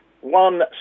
one